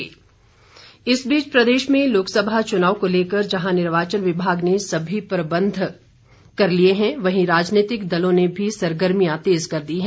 चनाव तालमेल इस बीच प्रदेश में लोकसभा चुनाव को लेकर जहां निर्वाचन विभाग ने सभी प्रबंध करने में जुटा है वहीं राजनीतिक दलों ने भी सरगर्मियां तेज कर दी हैं